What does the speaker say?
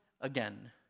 again